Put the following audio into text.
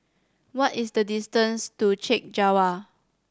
what is the distance to Chek Jawa